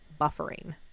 buffering